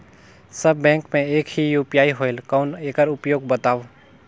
सब bank मे एक ही यू.पी.आई होएल कौन एकर उपयोग बताव?